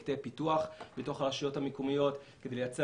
פרויקטים של פיתוח בתוך הרשויות המקומיות כדי לייצר